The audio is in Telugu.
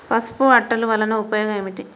పసుపు అట్టలు వలన ఉపయోగం ఏమిటి?